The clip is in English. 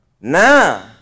now